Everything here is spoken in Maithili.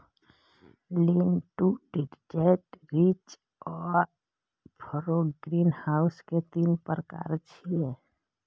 लीन टू डिटैच्ड, रिज आ फरो ग्रीनहाउस के तीन प्रकार छियै